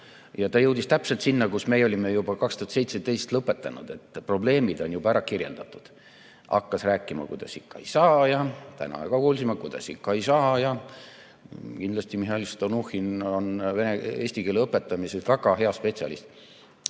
ja ta jõudis täpselt sinna, kus meie olime juba 2017 lõpetanud. Probleemid olid juba ära kirjeldatud. Hakkas rääkima, kuidas ikka ei saa, ja täna ka kuulsime, kuidas ikka ei saa. Kindlasti Mihhail Stalnuhhin on eesti keele õpetamise väga hea spetsialist.